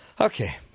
Okay